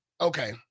Okay